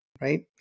right